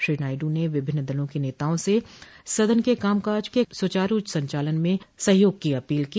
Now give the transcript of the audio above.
श्री नायडू ने विभिन्न दलों के नेताओं से सदन के कामकाज के सुचारू संचालन में सहयोग की अपील की